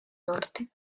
norte